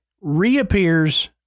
reappears